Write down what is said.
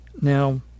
Now